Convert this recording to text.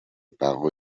pago